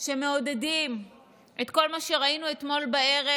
שמעודדים את כל מה שראינו אתמול בערב.